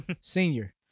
senior